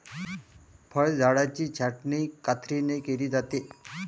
फळझाडांची छाटणी कात्रीने केली जाते